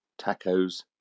Tacos